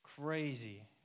Crazy